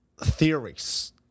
theories